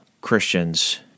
Christians